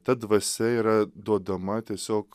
ta dvasia yra duodama tiesiog